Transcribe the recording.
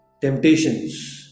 temptations